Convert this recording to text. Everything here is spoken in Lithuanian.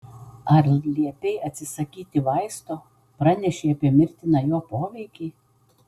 ar liepei atsisakyti vaisto pranešei apie mirtiną jo poveikį